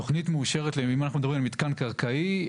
אם אנחנו מדברים על מתקן קרקעי,